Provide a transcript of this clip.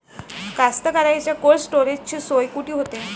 कास्तकाराइच्या कोल्ड स्टोरेजची सोय कुटी होते?